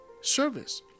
service